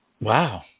Wow